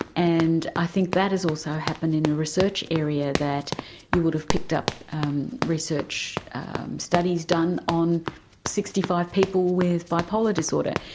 and i think that has also happened in a research area, that you would have picked up research studies done on sixty five people with bipolar disorder,